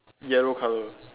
yellow colour